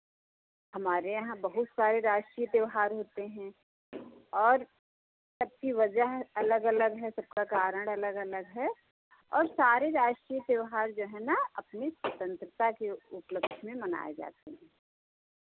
हमारे यहाँ बहुत सारे राष्ट्रीय त्योहार होते हैं और सबकी वजह अलग अलग है सबका कारण अलग अलग है और सारे राष्ट्रीय त्योहार जो है ना अपने स्वतन्त्रता के उपलक्ष्य में मनाए जाते हैं